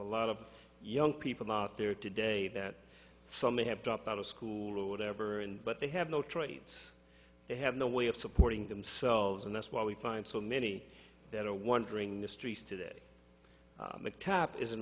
a lot of young people out there today that some have dropped out of school or whatever and but they have no trades they have no way of supporting themselves and that's why we find so many that are wondering the streets today